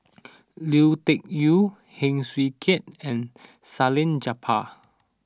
Lui Tuck Yew Heng Swee Keat and Salleh Japar